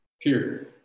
Period